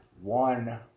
one